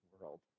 world